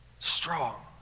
Strong